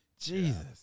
Jesus